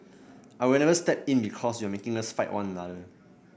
I will never step in because you are making us fight one another